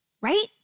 Right